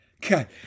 God